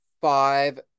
Five